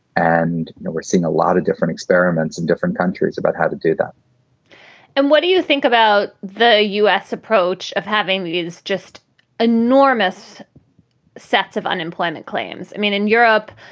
and we're seeing a lot of different experiments in different countries about how to do that and what do you think about the u s. approach of having these just enormous sets of unemployment claims? i mean, in europe,